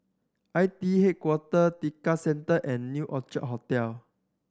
I T H Headquarter Tekka Center and New Hotel